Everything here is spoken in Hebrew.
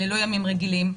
אלה לא ימים רגילים.